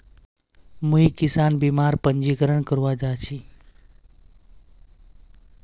मुई किसान बीमार पंजीकरण करवा जा छि